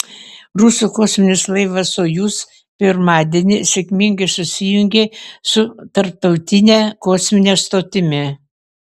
rusų kosminis laivas sojuz pirmadienį sėkmingai susijungė su tarptautine kosmine stotimi